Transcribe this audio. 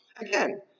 Again